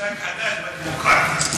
חדש בדמוקרטיה.